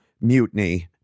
Mutiny